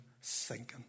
sinking